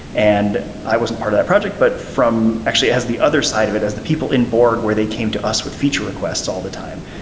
and i wasn't part of that project, but from actually, as the other side of it, as the people in borg where they came to us with feature requests all the time.